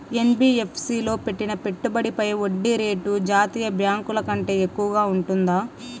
NBFC లో పెట్టిన పెట్టుబడి పై వడ్డీ రేటు జాతీయ బ్యాంకు ల కంటే ఎక్కువగా ఉంటుందా?